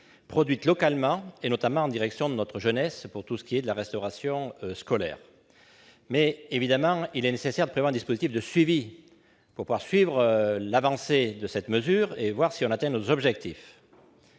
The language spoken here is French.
produite localement, notamment en direction de notre jeunesse, pour tout ce qui concerne la restauration scolaire. Cependant, il est évidemment nécessaire de prévoir un dispositif de suivi pour pouvoir suivre l'avancée de cette mesure et voir si l'on atteint nos objectifs,